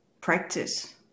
practice